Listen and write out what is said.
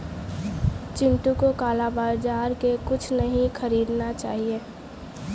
चिंटू को काला बाजार से कुछ नहीं खरीदना चाहिए